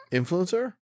influencer